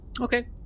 Okay